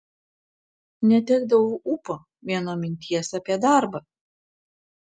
netekdavau ūpo vien nuo minties apie darbą